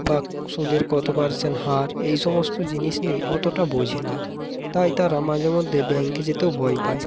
বা সুদের কত পার্সেন্ট হার এই সমস্ত জিনিস নিয়ে অতটা বোঝে না তাই তারা মাঝেমধ্যে ব্যাঙ্কে যেতেও ভয় পায়